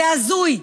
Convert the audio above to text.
זה הזוי.